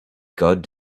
god